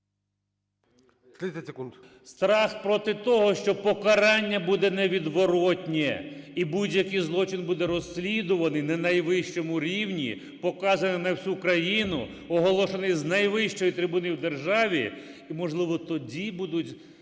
Страх проти того, що покарання буде невідворотнє, і будь-який злочин буде розслідуваний на найвищому рівні, показаний на всю країну, оголошений з найвищої трибуни в державі. І, можливо, тоді будуть